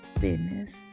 business